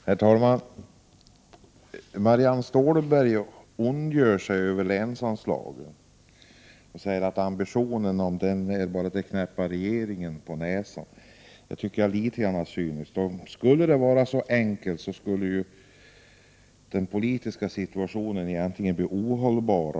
Herr talman! Marianne Stålberg ondgör sig över länsanslagen och säger att ambitionen bara är att knäppa regeringen på näsan. Jag tycker det är cyniskt att säga så. Vore det så enkelt skulle den politiska situationen bli ohållbar.